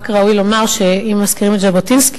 רק ראוי לומר שאם מזכירים את ז'בוטינסקי